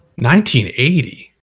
1980